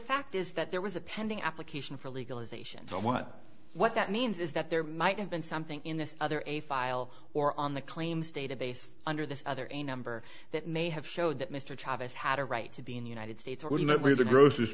fact is that there was a pending application for legalization so what what that means is that there might have been something in this other a file or on the claims database under this other a number that may have showed that mr chavis had a right to be in the united states or he met me at the grocer